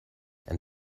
and